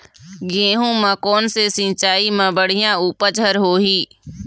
गेहूं म कोन से सिचाई म बड़िया उपज हर होही?